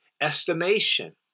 estimation